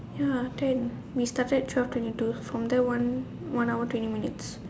ya ten we started twelve twenty two from there one one hour twenty minutes